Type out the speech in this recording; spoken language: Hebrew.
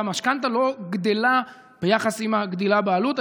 והמשכנתה לא גדלה ביחס לגדילה בעלות.